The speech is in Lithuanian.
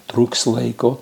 trūks laiko